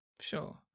sure